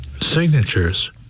signatures